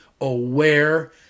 aware